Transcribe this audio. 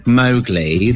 mowgli